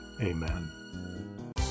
Amen